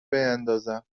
بیاندازم